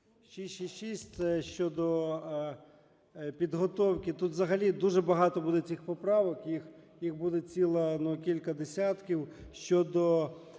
це щодо підготовки. Тут взагалі дуже багато буде цих поправок, їх буде ціла, ну, кілька десятків,